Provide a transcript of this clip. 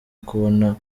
kubona